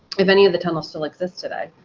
if any of the tunnels still exist today.